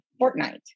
Fortnite